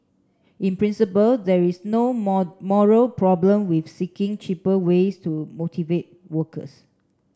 in principle there is no more moral problem with seeking cheaper ways to motivate workers